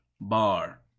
Bar